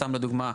סתם לדוגמה,